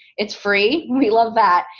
it's free. we love that,